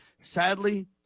Sadly